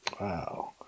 Wow